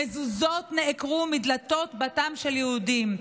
מזוזות נעקרו מדלתות ביתם של יהודים,